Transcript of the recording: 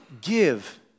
Give